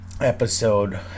episode